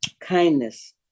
Kindness